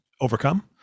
overcome